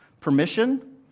Permission